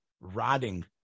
rotting